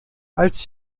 als